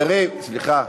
למה, סליחה.